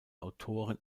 autoren